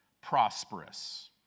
prosperous